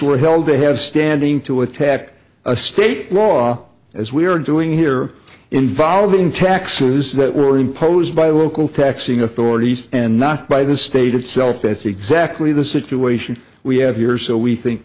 sort held to have standing to attack a state law as we are doing here involving taxes that were imposed by local taxing authorities and not by the state itself that's exactly the situation we have here so we think